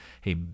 hey